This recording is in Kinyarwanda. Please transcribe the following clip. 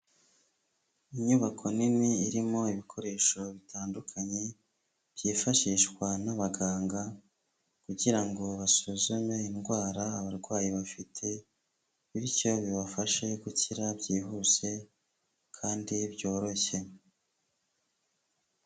Inyubako nini irimo ibikoresho bitandukanye byifashishwa n'abaganga kugira ngo basuzume indwara abarwayi bafite, bityo bibafashe gukira byihuse kandi byoroshye.